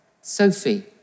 Sophie